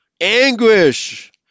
anguish